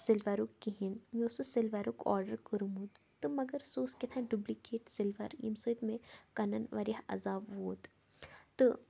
سِلوَرُک کِہیٖنۍ مےٚ اوس سُہ سِلوَرُک آرڈَر کوٚرمُت تہٕ مگر سُہ اوس کیٛاہ تام ڈُبلِکیٹ سِلوَر ییٚمہِ سۭتۍ مےٚ کَنَن واریاہ عذاب ووت تہٕ